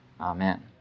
Amen